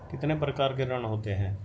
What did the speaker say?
कितने प्रकार के ऋण होते हैं?